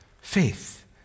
faith